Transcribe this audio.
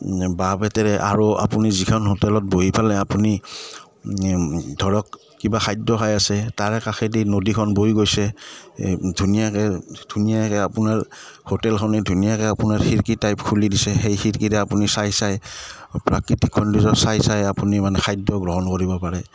বাঁহ বেতেৰে আৰু আপুনি যিখন হোটেলত বহি পালে আপুনি ধৰক কিবা খাদ্য খাই আছে তাৰে কাষেদি নদীখন বৈ গৈছে ধুনীয়াকৈ ধুনীয়াকৈ আপোনাৰ হোটেলখনেই ধুনীয়াকৈ আপোনাৰ খিৰকী টাইপ খুলি দিছে সেই খিৰিকীৰে আপুনি চাই চাই প্ৰাকৃতিক সৌন্দৰ্য চাই চাই আপুনি মানে খাদ্য গ্ৰহণ কৰিব পাৰে